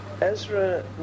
Ezra